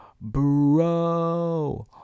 bro